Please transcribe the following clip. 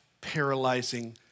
paralyzing